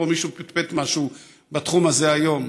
פה מישהו פטפט משהו בתחום הזה היום.